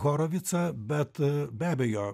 horovicą bet be abejo